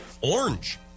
orange